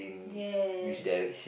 yeah